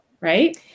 right